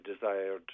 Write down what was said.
desired